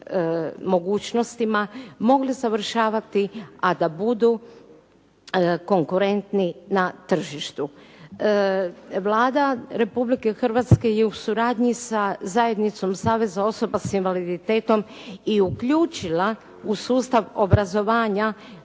mogućnostima mogli usavršavati, a da budu konkurentni na tržištu. Vlada Republike Hrvatske je u suradnji sa zajednicom saveza osoba s invaliditetom i uključila u sustav obrazovanja